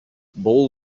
ball